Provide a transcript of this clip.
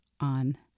on